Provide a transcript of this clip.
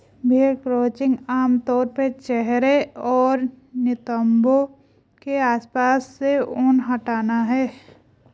भेड़ क्रचिंग आम तौर पर चेहरे और नितंबों के आसपास से ऊन हटाना है